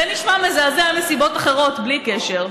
זה נשמע מזעזע מסיבות אחרות, בלי קשר.